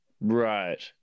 right